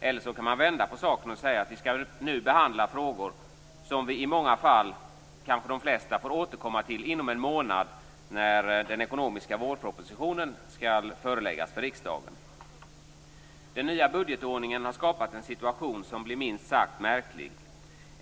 Man kan också vända på saken och säga att vi nu skall behandla frågor som vi i många fall - kanske de flesta - får återkomma till inom en månad, när den ekonomiska vårpropositionen skall föreläggas riksdagen. Den nya budgetordningen har skapat en situation som blir minst sagt märklig.